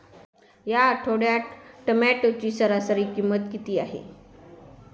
या आठवड्यात टोमॅटोची सरासरी किंमत किती आहे?